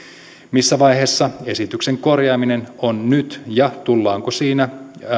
missä vaiheessa esityksen korjaaminen on nyt ja tullaanko siihen